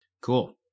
Cool